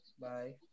Bye